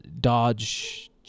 Dodge